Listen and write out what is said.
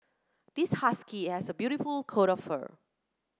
this husky has a beautiful coat of fur